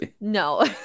No